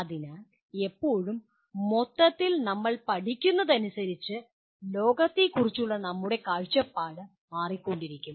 അതിനാൽ ഇപ്പോഴും മൊത്തത്തിൽ നമ്മൾ പഠിക്കുന്നതിനനുസരിച്ച് ലോകത്തെക്കുറിച്ചുള്ള നമ്മുടെ കാഴ്ചപ്പാട് മാറിക്കൊണ്ടിരിക്കും